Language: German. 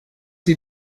sie